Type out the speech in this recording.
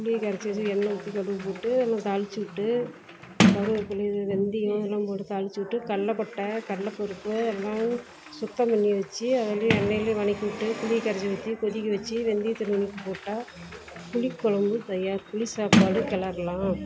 புளியை கரைச்சி வைச்சி எண்ணெய் ஊற்றி கடுகு போட்டு எல்லா தாளித்து விட்டு கருவேப்பில்லை இது வெந்தயம் இதெல்லாம் போட்டு தாளித்து விட்டு கடலப்பட்ட கடல பருப்பு எல்லாம் சுத்தம் பண்ணி வைச்சி அதுலேயே எண்ணெயிலேயே வதக்கி விட்டு புளியை கரைச்சி ஊற்றி கொதிக்க வைச்சி வெந்தியத்தை நுணிக்கி போட்டால் புளிக்கொழம்பு தயார் புளிசாப்பாடு கிளரலாம்